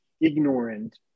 ignorant